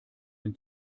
den